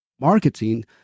marketing